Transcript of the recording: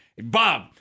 Bob